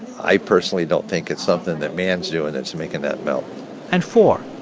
i personally don't think it's something that man's doing that's making that melt and four,